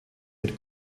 mit